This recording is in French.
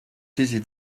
taisez